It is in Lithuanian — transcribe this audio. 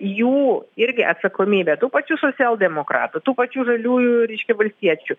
jų irgi atsakomybė tų pačių socialdemokratų tų pačių žaliųjų reiškia valstiečių